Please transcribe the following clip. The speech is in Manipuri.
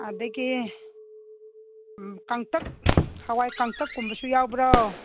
ꯑꯗꯒꯤ ꯎꯝ ꯀꯪꯇꯛ ꯍꯥꯋꯏ ꯀꯪꯇꯛ ꯀꯨꯝꯕꯁꯨ ꯌꯥꯎꯕ꯭ꯔꯣ